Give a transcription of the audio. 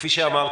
כפי שאמרתי,